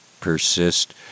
persist